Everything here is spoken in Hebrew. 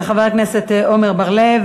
תודה לחבר הכנסת עמר בר-לב.